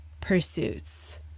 pursuits